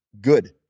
good